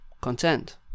content